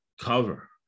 cover